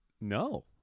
No